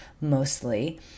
mostly